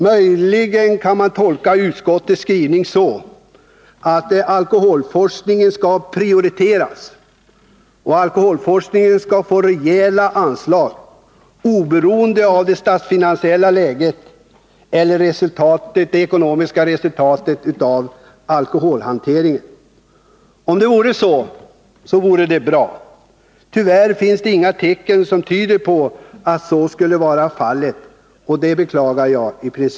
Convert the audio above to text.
Möjligen kan man tolka utskottets skrivning så, att alkoholforskningen skall prioriteras och få rejäla anslag, oberoende av det statsfinansiella läget eller det ekonomiska resultatet av alkoholhanteringen. Om det vore så vore det bra. Tyvärr finns det inga tecken som tyder på att så skulle vara fallet, och det beklagar jag.